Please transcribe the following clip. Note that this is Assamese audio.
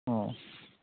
অঁ